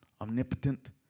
omnipotent